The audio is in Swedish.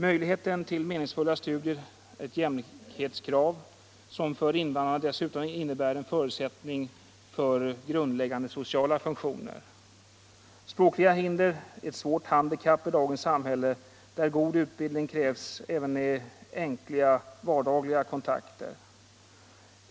Möjligheten till meningsfulla studier är ett jämlikhetskrav, som för invandrarna dessutom innebär en förutsättning för grundläggande sociala funktioner. Språkliga hinder är ett svårt handikapp i dagens samhälle, där god utbildning krävs även i enkla vardagliga kontakter.